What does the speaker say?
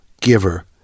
giver